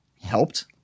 helped